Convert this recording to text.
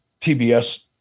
TBS